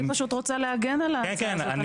אני רוצה להגן על ההצעה הזאת.